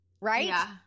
right